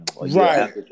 Right